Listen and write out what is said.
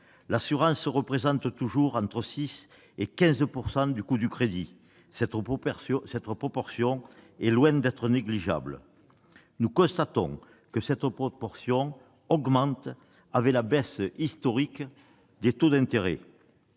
l'assurance représente toujours entre 6 % et 15 % du coût du crédit. Cette proportion est loin d'être négligeable. Nous constatons même qu'elle augmente avec la baisse historique des taux d'intérêt